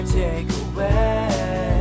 takeaway